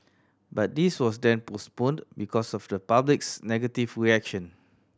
but this was then postponed because of the public's negative reaction